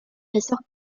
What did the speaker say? chasseurs